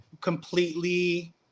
completely